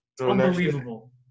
Unbelievable